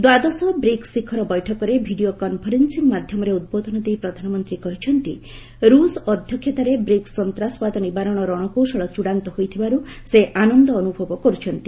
ଦ୍ୱାଦଶ ବ୍ରିକ୍କୁ ଶିଖର ବୈଠକରେ ଭିଡ଼ିଓ କନ୍ଫରେନ୍ନିଂ ମାଧ୍ୟମରେ ଉଦ୍ବୋଧନ ଦେଇ ପ୍ରଧାନମନ୍ତ୍ରୀ କହିଛନ୍ତି ରୁଷ ଅଧ୍ୟକ୍ଷତାରେ ବ୍ରିକ୍କୁ ସନ୍ତାସବାଦ ନିବାରଣ ରଣକୌଶଳ ଚୂଡ଼ାନ୍ତ ହୋଇଥିବାରୁ ସେ ଆନନ୍ଦ ଅନୁଭବ କରୁଛନ୍ତି